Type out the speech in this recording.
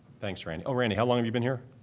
thanks, randy. oh, randy, how long have you been here?